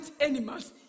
animals